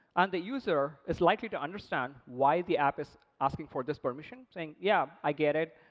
and the user is likely to understand why the app is asking for this permission, saying, yeah, i get it.